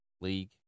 League